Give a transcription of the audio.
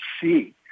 see